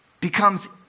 becomes